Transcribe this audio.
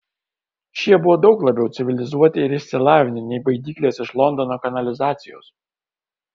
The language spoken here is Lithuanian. šie buvo daug labiau civilizuoti ir išsilavinę nei baidyklės iš londono kanalizacijos